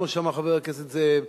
כמו שאמר חבר הכנסת זאב,